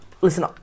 Listen